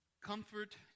Comfort